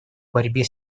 борьбе